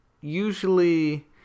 usually